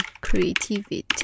creativity